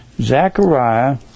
Zechariah